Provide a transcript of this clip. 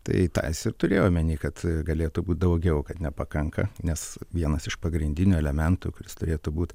tai tą jis ir turėjo omeny kad galėtų būt daugiau kad nepakanka nes vienas iš pagrindinių elementų kuris turėtų būt